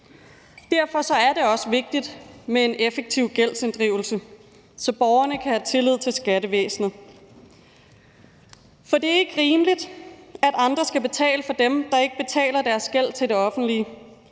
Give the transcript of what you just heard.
Derfor er det også vigtigt med en effektiv gældsinddrivelse, så borgerne kan have tillid til skattevæsenet, for det er ikke rimeligt, at andre skal betale for dem, der ikke betaler deres gæld til det offentlige,